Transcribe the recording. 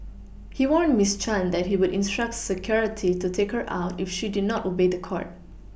he warned Miss Chan that he would instruct security to take her out if she did not obey the court